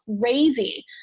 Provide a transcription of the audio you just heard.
crazy